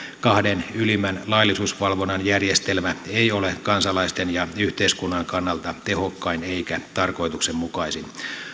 kahden ylimmän laillisuusvalvonnan järjestelmä ei ole kansalaisten ja yhteiskunnan kannalta tehokkain eikä tarkoituksenmukaisin